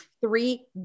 Three